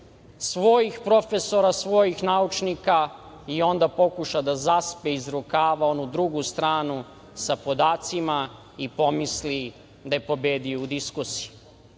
svojih profesora, svojih naučnika i onda pokuša da zaspe iz rukava onu drugu stranu sa podacima i pomisli da je pobedio u diskusiji.